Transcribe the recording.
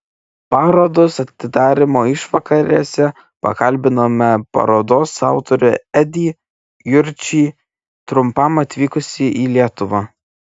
parodos atidarymo išvakarėse pakalbinome parodos autorių edį jurčį trumpam atvykusį į lietuvą